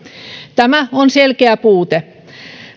tämä on selkeä puute